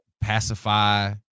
pacify